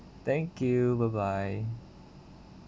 thank you bye bye